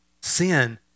sin